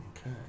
Okay